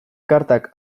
kartak